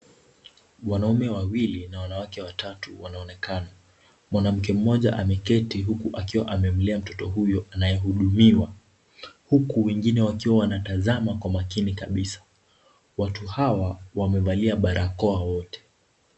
Wanaume wawili na wanawake watatu wanaonekana. Mwanamke mmoja ameketi huku akiwa amemlea mtoto mmoja huyo anayehudumiwa huku wengine wakiwa wanatazama kwa makini kabisa. Watu hawa wamevalia barakoa wote.